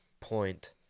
Point